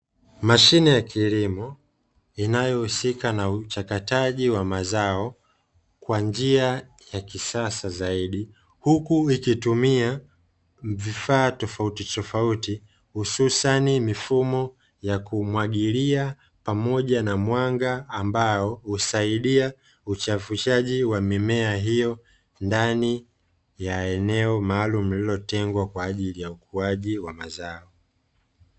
Mashine ya kilimo inayohusika na uchakachaji wa mazao kwa njia ya kisasa zaidi, huku ikitumia vifaa tofautitofauti hususani mifumo ya kumwagilia pamoja na mwanga, ambao husaidia uchavushaji wa mimea hiyo, ndani ya eneo maalumu lililotengwa kwa ajili ya ukuaji wa mazao.